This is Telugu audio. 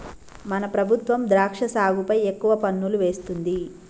మన ప్రభుత్వం ద్రాక్ష సాగుపై ఎక్కువ పన్నులు వేస్తుంది